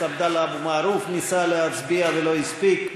עבדאללה אבו מערוף ניסה להצביע ולא הספיק.